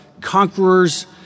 conquerors